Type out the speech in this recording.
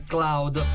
Cloud